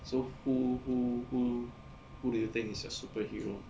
so who who who who do you think is your superhero